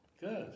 Good